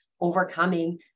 overcoming